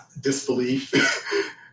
disbelief